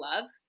love